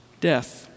death